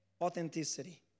authenticity